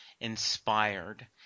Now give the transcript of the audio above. inspired